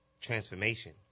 transformation